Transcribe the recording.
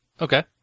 Okay